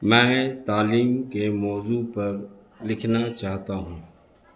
میں تعلیم کے موضوع پر لکھنا چاہتا ہوں